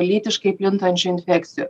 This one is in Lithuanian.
lytiškai plintančių infekcijų